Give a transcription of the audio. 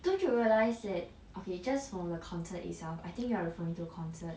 don't you realise that okay just for the concert itself I think you are referring to concert